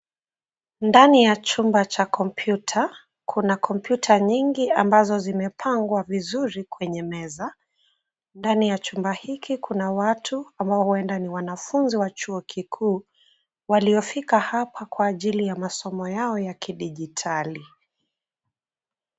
Ndani ya chumba cha kompyuta kuna kompyuta nyingi ambazo zimepangwa vizuri kwenye meza. Ndani ya chumba hiki kuna watu ambao huenda ni wanafunzi wa chuo kikuu waliofika hapa kwa ajili ya masomo yao ya kidijitali.